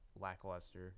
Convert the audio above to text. lackluster